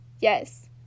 Yes